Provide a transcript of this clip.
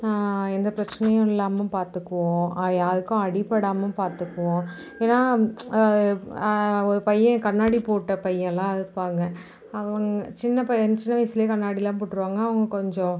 எந்த பிரச்சினையும் இல்லாமல் பார்த்துக்குவோம் அ யாருக்கும் அடிபடாமல் பார்த்துப்போம் ஏன்னால் ஒரு பையன் கண்ணாடி போட்ட பையன்லாம் இருப்பாங்க அவங்க சின்ன பையன் சின்ன வயசிலே கண்ணாடியெலாம் போட்டிருவாங்க அவங்க கொஞ்சம்